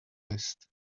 list